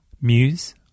Muse